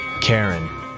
Karen